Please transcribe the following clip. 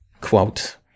Quote